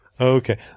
Okay